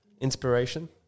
Inspiration